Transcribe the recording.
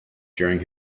during